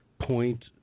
point